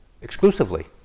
exclusively